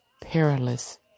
perilous